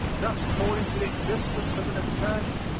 thus calling for the existence of an attorney.